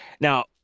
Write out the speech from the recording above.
Now